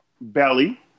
Belly